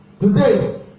Today